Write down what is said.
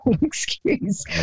excuse